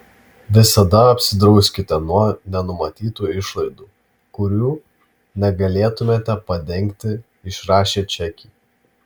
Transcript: visada apsidrauskite nuo nenumatytų išlaidų kurių negalėtumėte padengti išrašę čekį